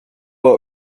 know